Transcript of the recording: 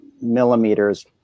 millimeters